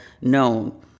known